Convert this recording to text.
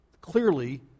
clearly